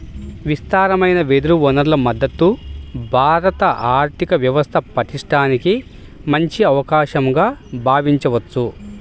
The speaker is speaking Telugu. విస్తారమైన వెదురు వనరుల మద్ధతు భారత ఆర్థిక వ్యవస్థ పటిష్టానికి మంచి అవకాశంగా భావించవచ్చు